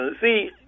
see